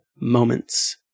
Moments